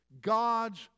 God's